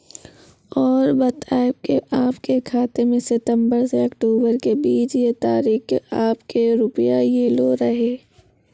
और बतायब के आपके खाते मे सितंबर से अक्टूबर के बीज ये तारीख के आपके के रुपिया येलो रहे?